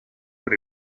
por